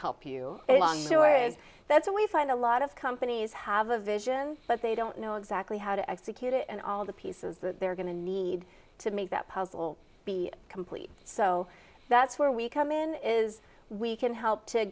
help you along the way and that's when we find a lot of companies have a vision but they don't know exactly how to execute it and all the pieces that they're going to need to make that puzzle be complete so that's where we come in is we can help to